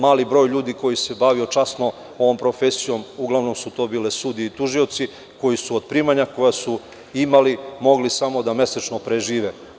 Mali je broj ljudi koji se bavio časno ovom profesijom, a uglavnom su to sudije i tužioci, koji su od primanja mogli samo mesečno da prežive.